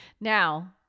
Now